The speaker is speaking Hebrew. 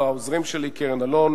לעוזרים שלי קרן אלון,